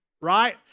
right